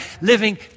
living